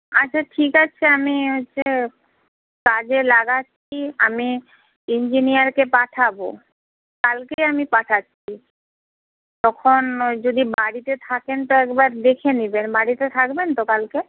আচ্ছা ঠিক আছে আমি হচ্ছে কাজে লাগাচ্ছি আমি ইঞ্জিনিয়ারকে পাঠাব কালকেই আমি পাঠাচ্ছি তখন যদি বাড়িতে থাকেন তো একবার দেখে নেবেন বাড়িতে থাকবেন তো কালকে